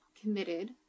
committed